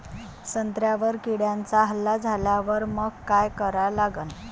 संत्र्यावर किड्यांचा हल्ला झाल्यावर मंग काय करा लागन?